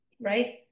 right